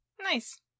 nice